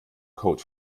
code